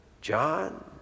John